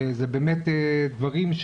וזה באמת דברים,